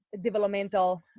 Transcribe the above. developmental